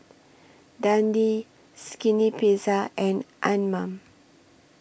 Dundee Skinny Pizza and Anmum